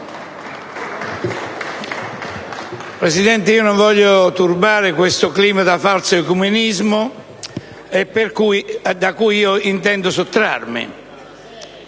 *(IdV)*. Non voglio turbare questo clima di falso ecumenismo da cui intendo sottrarmi.